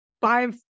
five